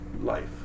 life